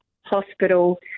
hospital